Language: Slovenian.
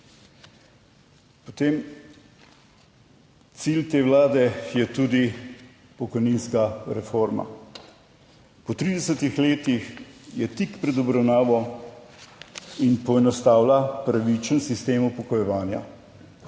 Potem cilj te Vlade je tudi pokojninska reforma. Po 30 letih je tik pred obravnavo in poenostavlja pravičen sistem upokojevanja,